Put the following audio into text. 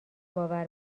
باور